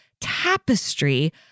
tapestry